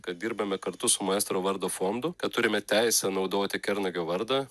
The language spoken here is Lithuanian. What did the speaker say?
kad dirbame kartu su maestro vardo fondu kad turime teisę naudoti kernagio vardą